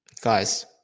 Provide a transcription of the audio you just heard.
guys